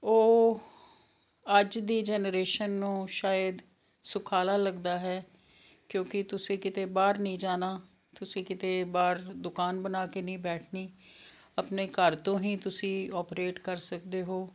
ਉਹ ਅੱਜ ਦੀ ਜਨਰੇਸ਼ਨ ਨੂੰ ਸ਼ਾਇਦ ਸੁਖਾਲਾ ਲੱਗਦਾ ਹੈ ਕਿਉਂਕਿ ਤੁਸੀਂ ਕਿਤੇ ਬਾਹਰ ਨਹੀਂ ਜਾਣਾ ਤੁਸੀਂ ਕਿਤੇ ਬਾਹਰ ਦੁਕਾਨ ਬਣਾ ਕੇ ਨਹੀਂ ਬੈਠਣੀ ਆਪਣੇ ਘਰ ਤੋਂ ਹੀ ਤੁਸੀਂ ਆਪਰੇਟ ਕਰ ਸਕਦੇ ਹੋ